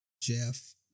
Jeff